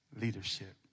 leadership